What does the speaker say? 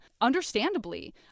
understandably